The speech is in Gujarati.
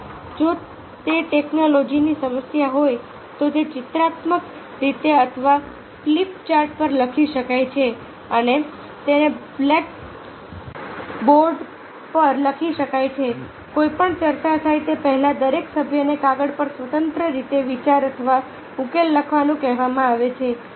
અથવા જો તે ટેક્નોલોજીની સમસ્યા હોય તો તે ચિત્રાત્મક રીતે અથવા ફ્લિપ ચાર્ટ પર લખી શકાય છે અને તેને બ્લેક બોર્ડ પર લખી શકાય છે કોઈપણ ચર્ચા થાય તે પહેલાં દરેક સભ્યને કાગળ પર સ્વતંત્ર રીતે વિચાર અથવા ઉકેલ લખવાનું કહેવામાં આવે છે